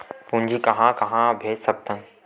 पूंजी कहां कहा भेज सकथन?